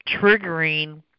triggering